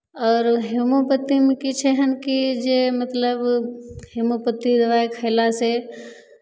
आओर हेमोपथीमे की छै एहन कि जे मतलब हेमोपथी दबाइ खयलासँ